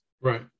Right